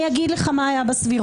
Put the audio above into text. אני אגיד לך מה היה בסבירות.